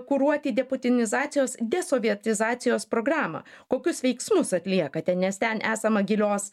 kuruoti deputinizacijos desovietizacijos programą kokius veiksmus atliekate nes ten esama gilios